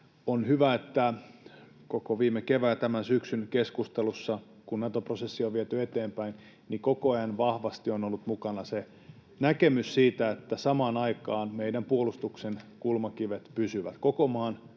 On hyvä, että koko viime kevään ja tämän syksyn keskustelussa, kun Nato-prosessia on viety eteenpäin, koko ajan vahvasti on ollut mukana näkemys siitä, että samaan aikaan meidän puolustuksemme kulmakivet pysyvät. Koko maan